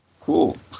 Cool